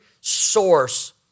source